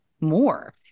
more